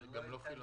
וגם לא החילוני.